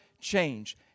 change